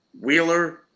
Wheeler